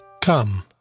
Come